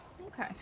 Okay